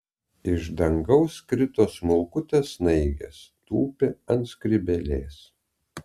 iš dangaus krito smulkutės snaigės tūpė ant skrybėlės